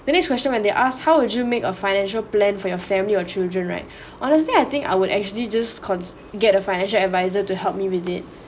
the next question when they asked how would you make a financial plan for your family your children right honestly I think I would actually just con get a financial adviser to help me with it